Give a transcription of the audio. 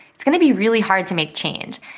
it's going to be really hard to make change.